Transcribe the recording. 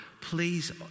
please